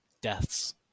Deaths